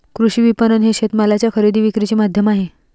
कृषी विपणन हे शेतमालाच्या खरेदी विक्रीचे माध्यम आहे